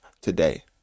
today